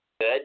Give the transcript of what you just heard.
good